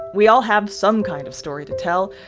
we all have some kind of story to tell.